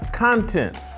Content